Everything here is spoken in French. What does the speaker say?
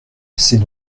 c’est